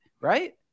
right